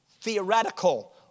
theoretical